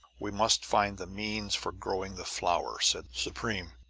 we must find the means for growing the flower, said supreme,